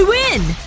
win.